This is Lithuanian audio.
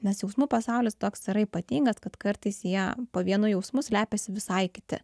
nes jausmų pasaulis toks yra ypatingas kad kartais jie po vienu jausmu slepiasi visai kiti